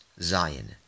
Zion